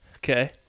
Okay